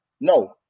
No